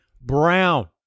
Brown